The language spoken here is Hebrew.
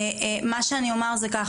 מה שאני אומר זה ככה,